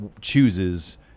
chooses